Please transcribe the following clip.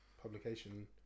Publication